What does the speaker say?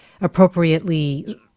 appropriately